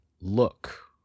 look